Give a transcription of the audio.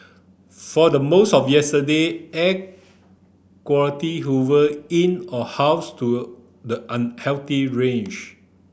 for the most of yesterday air quality hover in or house to the unhealthy range